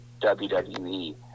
WWE